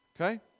Okay